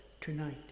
tonight